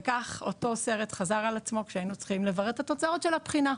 וכך אותו סרט חזר על עצמו כשהיינו צריכים לברר את התוצאות של הבחינה,